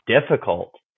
difficult